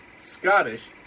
Scottish